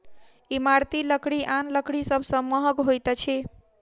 इमारती लकड़ी आन लकड़ी सभ सॅ महग होइत अछि